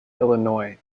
illinois